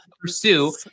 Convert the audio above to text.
pursue